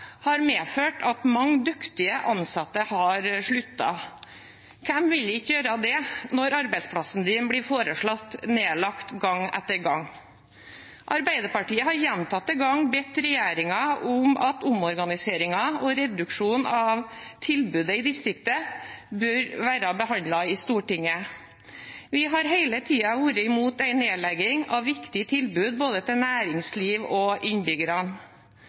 har medført at mange dyktige ansatte har sluttet. Hvem ville ikke gjøre det hvis arbeidsplassen din ble foreslått nedlagt gang etter gang? Arbeiderpartiet har gjentatte ganger bedt regjeringen om at omorganiseringer og reduksjon av tilbud i distriktet bør være behandlet i Stortinget. Vi har hele tiden vært imot en nedlegging av viktige tilbud både til næringsliv og